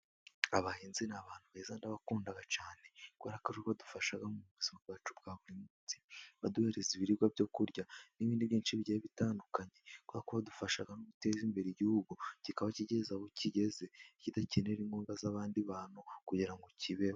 Abahinzi ni abantu beza ndabakunda cyane, kubera ko badufasha mu buzima bwacu bwa buri munsi, baduhereza ibiribwa byo kurya n'ibindi byinshi bigiye bitandukanye. Kubera ko badufasha no guteza imbere igihugu, kikaba kigeze aho kigeze, kidakenera imkunga z'abandi bantu, kugira ngo kibeho.